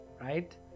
right